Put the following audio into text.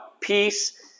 Peace